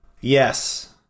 Yes